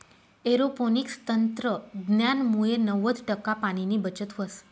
aeroponics तंत्रज्ञानमुये नव्वद टक्का पाणीनी बचत व्हस